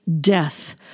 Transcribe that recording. death